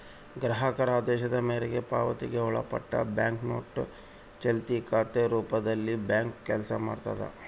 ಗ್ರಾಹಕರ ಆದೇಶದ ಮೇರೆಗೆ ಪಾವತಿಗೆ ಒಳಪಟ್ಟಿ ಬ್ಯಾಂಕ್ನೋಟು ಚಾಲ್ತಿ ಖಾತೆ ರೂಪದಲ್ಲಿಬ್ಯಾಂಕು ಕೆಲಸ ಮಾಡ್ತದ